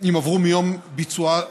מיום ביצועה